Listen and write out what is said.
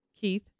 Keith